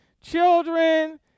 Children